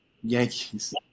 Yankees